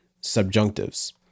subjunctives